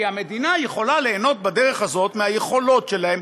כי המדינה יכולה ליהנות בדרך הזאת מהיכולת שלהם,